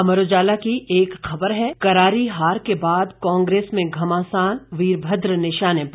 अमर उजाला की एक खबर है करारी हार के बाद कांग्रेस में घमासान वीरभद्र निशाने पर